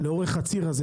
לאורך הציר הזה,